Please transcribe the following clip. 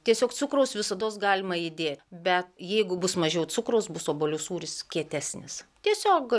tiesiog cukraus visados galima įdėt bet jeigu bus mažiau cukraus bus obuolių sūris kietesnis tiesiog